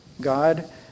God